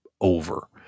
over